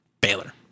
Baylor